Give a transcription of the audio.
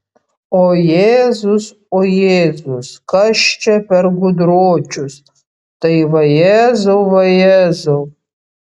o jėzus o jėzus kas čia per gudročius tai vajezau vajezau